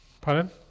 Pardon